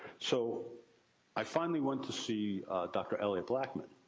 so i finally went to see dr. eliott blackman